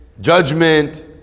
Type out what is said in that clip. judgment